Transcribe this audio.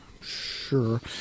Sure